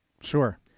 Sure